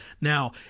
Now